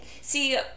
See